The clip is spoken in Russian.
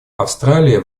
австралия